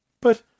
But